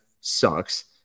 sucks